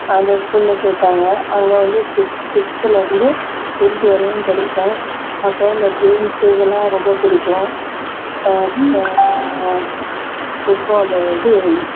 அந்த ஸ்கூலில் சேர்த்தாங்க அங்கே வந்து சிக்ஸ்த்லேருந்து டென்த் வரையும் படித்தேன் அப்போ இந்தக் கேம்ஸு இதுலாம் ரொம்ப பிடிக்கும் அப்போ ஃபுட்பாலு இது